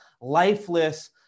lifeless